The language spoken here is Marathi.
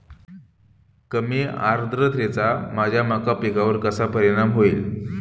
कमी आर्द्रतेचा माझ्या मका पिकावर कसा परिणाम होईल?